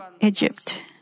Egypt